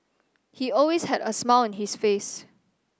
he always had a smile on his face